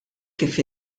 kif